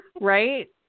Right